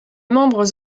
membres